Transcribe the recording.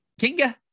Kinga